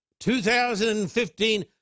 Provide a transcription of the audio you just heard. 2015